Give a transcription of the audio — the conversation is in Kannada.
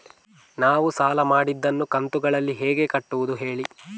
ನಾವು ಸಾಲ ಮಾಡಿದನ್ನು ಕಂತುಗಳಲ್ಲಿ ಹೇಗೆ ಕಟ್ಟುದು ಹೇಳಿ